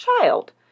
child